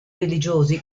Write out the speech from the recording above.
religiosi